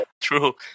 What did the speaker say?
True